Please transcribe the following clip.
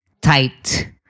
tight